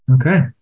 Okay